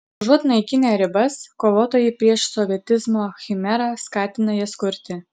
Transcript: užuot naikinę ribas kovotojai prieš sovietizmo chimerą skatina jas kurti